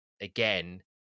again